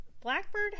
Blackbird